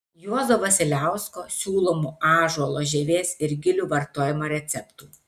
juozo vasiliausko siūlomų ąžuolo žievės ir gilių vartojimo receptų